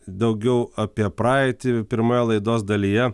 daugiau apie praeitį pirmoje laidos dalyje